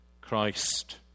Christ